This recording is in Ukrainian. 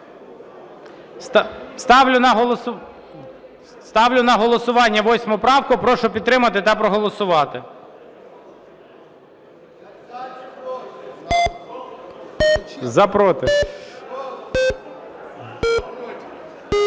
Ставлю на голосування 8 правку. Прошу підтримати та проголосувати. За, проти.